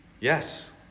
Yes